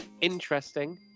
interesting